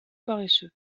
paresseux